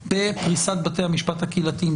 השיפוט של בתי המשפט הקהילתיים.